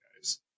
guys